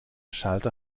schalter